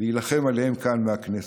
להילחם עליהם כאן, מהכנסת.